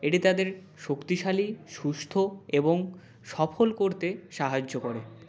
এটি তাদের শক্তিশালী সুস্থ এবং সফল করতে সাহায্য করে